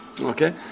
Okay